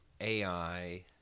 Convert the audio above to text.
AI